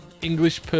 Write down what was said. English